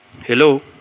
hello